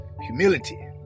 Humility